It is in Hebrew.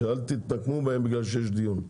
שלא תתנקמו בהם בגלל שיש דיון,